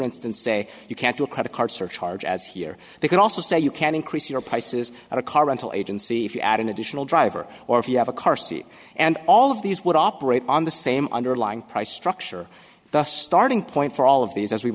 instance say you can't do a credit card surcharge as here they can also say you can increase your prices or a car rental agency if you add an additional driver or if you have a car seat and all of these would operate on the same underlying price structure thus starting point for all of these as we've